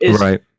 Right